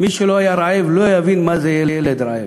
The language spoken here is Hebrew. מי שלא היה רעב לא יבין מה זה ילד רעב.